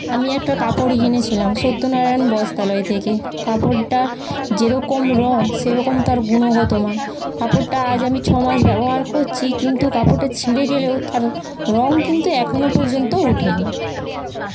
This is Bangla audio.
আমি একটা কাপড় কিনেছিলাম সত্য নারায়ণ বস্ত্রালয় থেকে কাপড়টার যে রকম রঙ সেরকম তার গুনগত মান কাপড়টা আজ আমি ছ মাস ব্যবহার করছি কিন্তু কাপড়টা ছিঁড়ে গেলেও তার রঙ কিন্তু এখনো পর্যন্ত উঠে নি